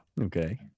okay